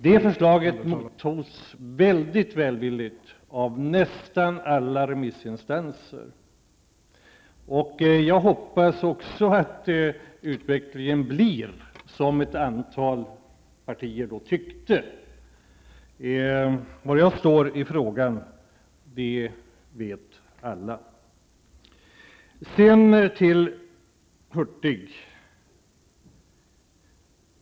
Det förslaget mottogs väldigt välvilligt av nästan alla remissinstanser. Jag hoppas att det som ett antal partier då tyckte också genomförs. Var jag står i frågan vet alla. Sedan till Bengt Hurtig.